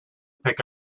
pick